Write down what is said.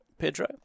Pedro